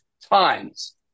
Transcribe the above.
times